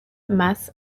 más